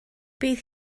bydd